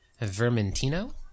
Vermentino